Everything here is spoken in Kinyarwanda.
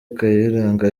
kayiranga